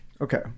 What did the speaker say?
Okay